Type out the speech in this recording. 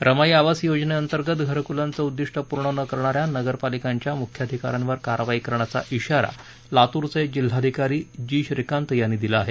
रमाई आवास योजनेअंतर्गत घरकूलाचं उदिष्ट पूर्ण न करणाऱ्या नगर पालिकांच्या मुख्याधिकाऱ्यांवर कारवाई करण्याचा श्रीारा लातूरचे जिल्हाधिकारी जी श्रीकांत यांनी दिला आहे